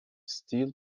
steel